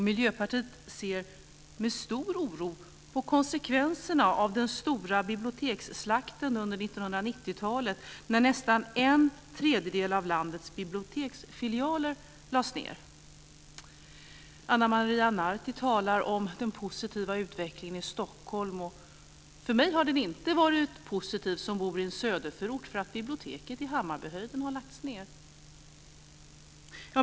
Miljöpartiet ser med stor oro på konsekvenserna av den stora biblioteksslakten under 1990-talet, då nästan en tredjedel av landets biblioteksfilialer lades ned. Ana Maria Narti talar om den positiva utvecklingen i Stockholm. För mig som bor i en söderförort har utvecklingen inte varit positiv. Biblioteket i Hammarbyhöjden har lagts ned.